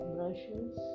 brushes